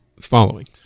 following